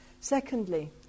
Secondly